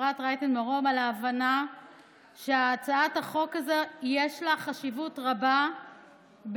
אפרת רייטן מרום על ההבנה שיש להצעת החוק הזאת חשיבות רבה בלוחות